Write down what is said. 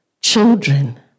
children